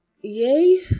yay